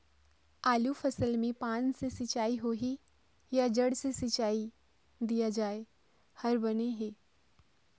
आलू फसल मे पान से सिचाई होही या जड़ से सिचाई दिया जाय हर बने हे?